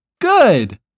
Good